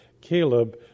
Caleb